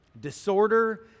Disorder